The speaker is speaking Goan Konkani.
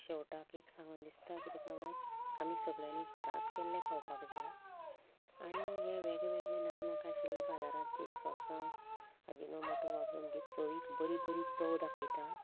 शेवटाक एक सांगन दिसता कितें काय म्हणल्यार आमी सगळ्यांनी घरांत केल्लें खावपाक जाय आनी हें वेगवेगळें नाका नाका आशिल्लें बाजारांतलीं सॉसां आजिनोमोटो वापरून जे चविक बरीं बरीं चव दाखयता